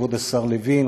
כבוד השר לוין,